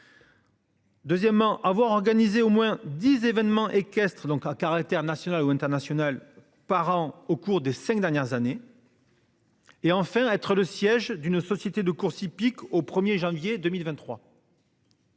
Deuxièmement avoir organisé au moins 10 événements équestres donc à caractère national ou international par an au cours des 5 dernières années. Et enfin être le siège d'une société de courses hippiques au 1er janvier 2023.